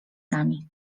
nami